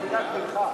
תפילת מנחה.